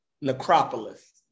necropolis